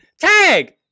Tag